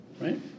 right